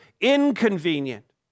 inconvenient